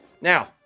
now